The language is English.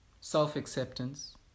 Self-acceptance